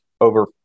over